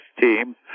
team